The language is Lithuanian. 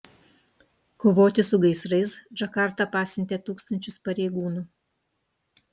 kovoti su gaisrais džakarta pasiuntė tūkstančius pareigūnų